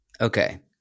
okay